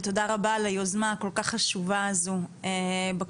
ותודה על היוזמה הכל כך חשובה הזו בכנסת.